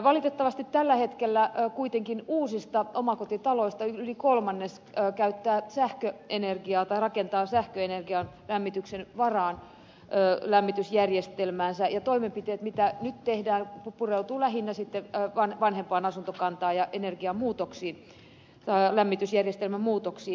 valitettavasti tällä hetkellä kuitenkin uusista omakotitaloista yli kolmannes käyttää sähköenergiaa tai rakentaa sähköenergian varaan lämmitysjärjestelmänsä ja toimenpiteet mitä nyt tehdään pureutuvat lähinnä vanhempaan asuntokantaan ja lämmitysjärjestelmämuutoksiin